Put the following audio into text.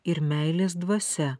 ir meilės dvasia